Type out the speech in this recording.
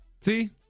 See